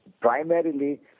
primarily